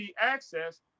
access